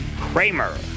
Kramer